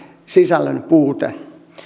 sisällön puute